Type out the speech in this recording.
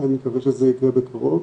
אני מקווה שזה יקרה מקרוב.